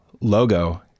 logo